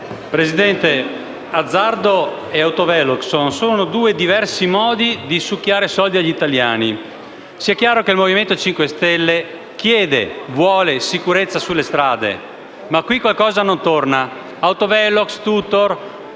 Presidente, azzardo e autovelox sono solo due diversi modi di succhiare soldi agli italiani. Sia chiaro che il Movimento 5 Stelle chiede e vuole sicurezza sulle strade, ma qui c'è qualcosa non torna: l'autovelox, il